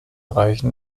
reichen